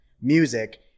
music